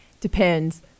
Depends